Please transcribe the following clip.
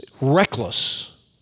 reckless